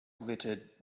littered